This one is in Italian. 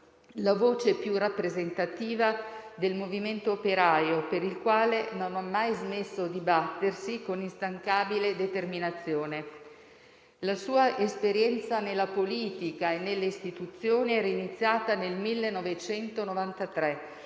la voce più rappresentativa del Movimento operaio, per il quale non ha mai smesso di battersi con instancabile determinazione. La sua esperienza nella politica e nelle Istituzioni era iniziata nel 1993